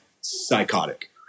psychotic